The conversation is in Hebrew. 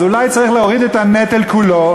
אז אולי צריך להוריד את הנטל כולו